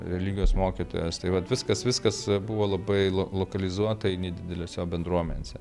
religijos mokytojas tai vat viskas viskas buvo labai lo lokalizuotai nedidelėse bendruomenėse